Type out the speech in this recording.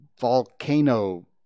volcano